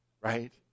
right